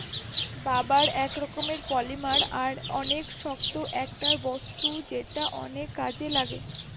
rubber এক রকমের polymer আর অনেক শক্ত একটা বস্তু যেটা অনেক কাজে লাগে